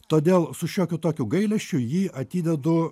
todėl su šiokiu tokiu gailesčiu jį atidedu